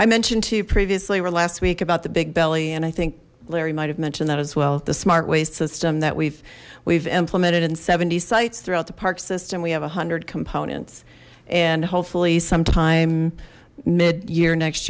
i mentioned to you previously or last week about the big belly and i think larry might have mentioned that as well the smart waste system that we've we've implemented in seventy sites throughout the park system we have a hundred components and hopefully sometime mid year next